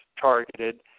targeted